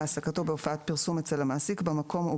העסקת נער בהופעת פרסום ללא הסכמת הורה